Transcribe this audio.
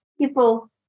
people